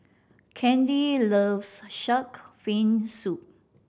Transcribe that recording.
Kandy loves shark fin soup